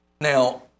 Now